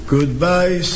Goodbye